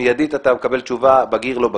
מיידית אתה מקבל תשובה בגיר או לא בגיר.